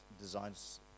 designs